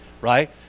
right